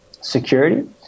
security